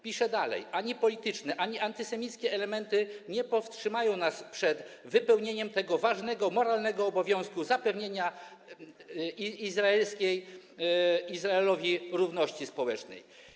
Pisze dalej: Ani polityczne, ani antysemickie elementy nie powstrzymają nas przed wypełnieniem tego ważnego moralnego obowiązku zapewnienia Izraelowi równości społecznej.